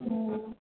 હમ